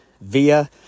via